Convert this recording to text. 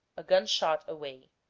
a gunshot away